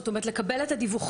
זאת אומרת לקבל את הדיווחים,